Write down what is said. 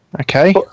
Okay